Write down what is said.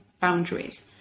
boundaries